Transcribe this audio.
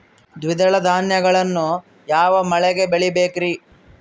ದ್ವಿದಳ ಧಾನ್ಯಗಳನ್ನು ಯಾವ ಮಳೆಗೆ ಬೆಳಿಬೇಕ್ರಿ?